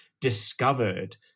discovered